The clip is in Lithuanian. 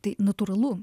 tai natūralu